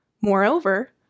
Moreover